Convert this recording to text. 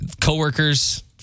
Coworkers